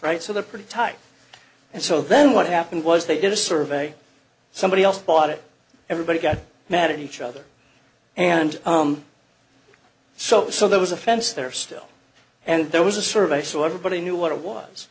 right so they're pretty tight and so then what happened was they did a survey somebody else bought it everybody got mad at each other and so so there was a fence there still and there was a survey so everybody knew what it was